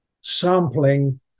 sampling